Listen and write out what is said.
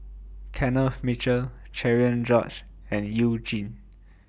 Kenneth Mitchell Cherian George and YOU Jin